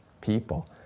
people